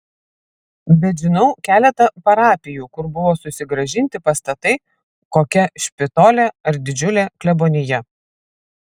bet žinau keletą parapijų kur buvo susigrąžinti pastatai kokia špitolė ar didžiulė klebonija